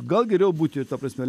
gal geriau būti ta prasme